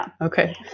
Okay